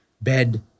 bed